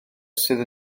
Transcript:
sydd